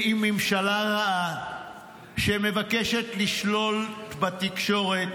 ממשלה רעה שמבקשת לשלול בתקשורת